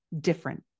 different